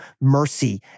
mercy